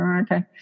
okay